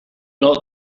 not